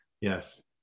yes